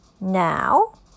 now